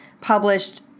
published